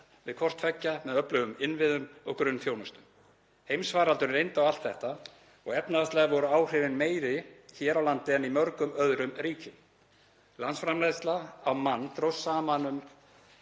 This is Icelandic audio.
við hvort tveggja með öflugum innviðum og grunnþjónustu. Heimsfaraldurinn reyndi á allt þetta og efnahagslega voru áhrifin meiri hér á landi en í mörgum öðrum ríkjum. Landsframleiðsla á mann dróst saman um